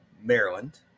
maryland